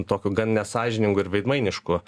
tokiu gan nesąžiningu ir veidmainišku